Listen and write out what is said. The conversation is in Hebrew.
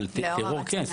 אבל טרור כן.